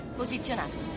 posizionato